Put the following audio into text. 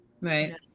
Right